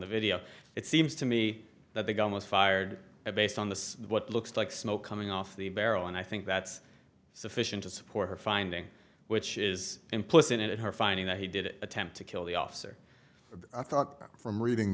the video it seems to me that the gun was fired at based on the what looks like smoke coming off the barrel and i think that's sufficient to support her finding which is implicit at her finding that he did attempt to kill the officer but i thought from reading